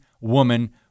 woman